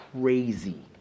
crazy